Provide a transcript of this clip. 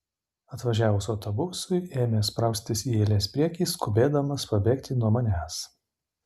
atvažiavus autobusui ėmė spraustis į eilės priekį skubėdamas pabėgti nuo manęs